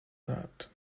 that